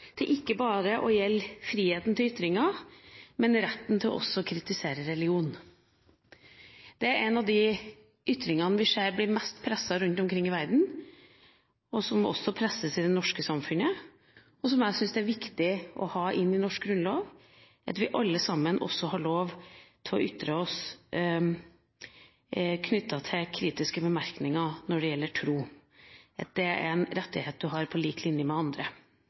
det ikke bare gjelder friheten til ytringer, men også retten til å kritisere religion. Det er en av de ytringene som vi ser blir mest presset rundt omkring i verden, og som også presses i det norske samfunnet. Jeg syns det er viktig å ha inn i norsk grunnlov at vi alle sammen også har lov til å ytre oss med hensyn til kritiske bemerkninger når det gjelder tro, at det er en rettighet du har på lik linje med andre